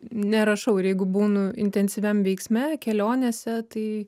nerašau ir jeigu būnu intensyviam veiksme kelionėse tai